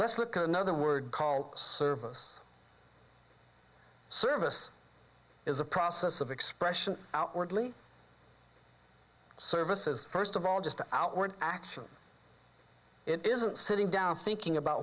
let's look at another word service service is a process of expression outwardly services first of all just outward actions it isn't sitting down thinking about